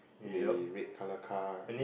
they red colour car